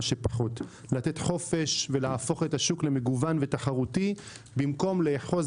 שפחות: לתת חופש ולהפוך את השוק למגוון ותחרותי במקום לאחוז